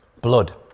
blood